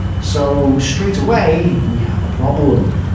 so straight away, we have a problem.